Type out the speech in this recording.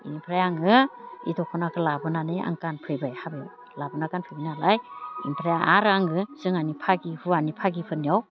बेनिफ्राय आङो बे दखनाखौ लाबोनानै आं गानफैबाय हाबायाव लाबोना गानफैबाय नालाय ओमफ्राय आरो आङो जोंहानि भागि हौवानि भागिफोरनियाव